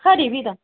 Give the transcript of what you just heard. खरी भी तां